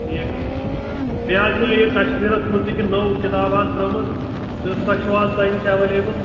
ٹھیٖک حظ بیٚیہِ حظ چھَ یہِ کَشمیٖرَس متعلق یہِ نٔو کِتاب اَکھ درٛٲمٕژ تہٕ سۄ چھَو حظ تۄہہِ نِش ایویلیبٕل